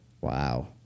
Wow